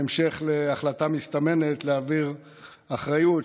בהמשך להחלטה המסתמנת להעביר אחריות,